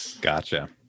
Gotcha